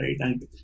right